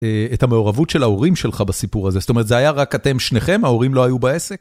את המעורבות של ההורים שלך בסיפור הזה. זאת אומרת, זה היה רק אתם שניכם, ההורים לא היו בעסק?